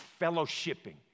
fellowshipping